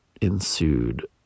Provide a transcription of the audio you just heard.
ensued